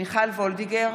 מיכל וולדיגר,